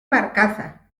barcaza